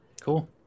Cool